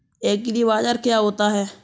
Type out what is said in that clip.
एग्रीबाजार क्या होता है?